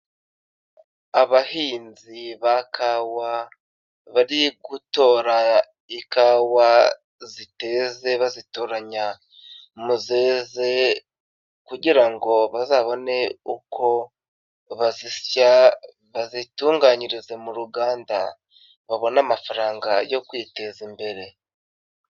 Abahinzi ba kawa, bari gutora ikawa ziteze bazitoranya muzeze, kugira ngo bazabone uko bazisya, bazitunganyirize mu ruganda babone amafaranga yo kwiteza imbere.